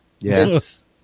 Yes